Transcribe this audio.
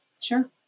Sure